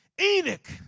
Enoch